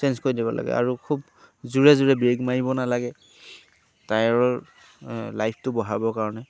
change কৰি দিব লাগে আৰু খুব জোৰে জোৰে ব্ৰেক মাৰিব নালাগে টায়াৰৰ লাইফটো বঢ়াবৰ কাৰণে